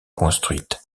construite